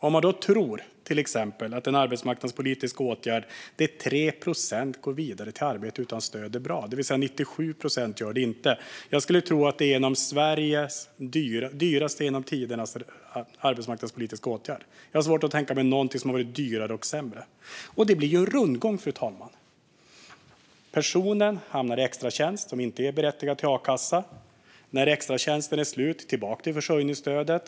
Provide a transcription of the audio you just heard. Man tror till exempel att en arbetsmarknadspolitisk åtgärd där 3 procent går vidare till arbete utan stöd är bra, det vill säga att 97 procent inte gör det. Jag skulle tro att det är en av Sveriges genom tiderna dyraste arbetsmarknadspolitiska åtgärder. Jag har svårt att tänka mig någonting som har varit dyrare och sämre. Fru talman! Det blir en rundgång. Personen hamnar i extratjänst och är inte berättigad till a-kassa. När extratjänsten är slut går personen tillbaka till försörjningsstödet.